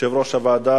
יושב-ראש הוועדה